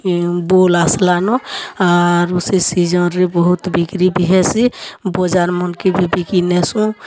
ବଉଲ୍ ଆସ୍ଲା ନ ଆରୁ ସେ ସିଜନ୍ରେ ବହୁତ୍ ବିକ୍ରି ବି ହେସି ବଜାର୍ ମାନ୍ଙ୍କେ ବି ବିକି ନେସୁଁ